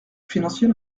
financier